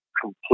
complete